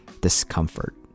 discomfort